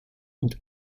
und